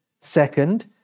Second